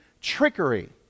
trickery